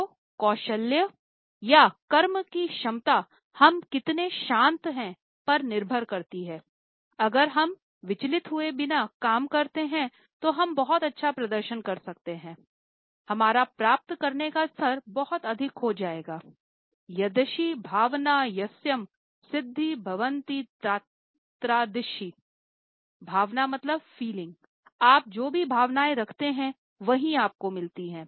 तो कौशल्य भावना मतलब फीलिंग आप जो भी भावनाएँ रखते हैं वही आपको मिलती हैं